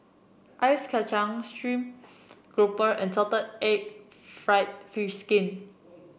Ice Kachang stream grouper and Salted Egg fried fish skin